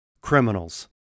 criminals